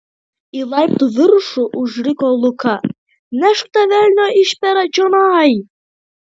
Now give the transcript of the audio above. į laiptų viršų užriko luka nešk tą velnio išperą čionai